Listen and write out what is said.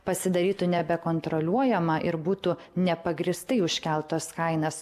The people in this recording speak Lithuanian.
pasidarytų nebekontroliuojama ir būtų nepagrįstai užkeltos kainos